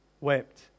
wept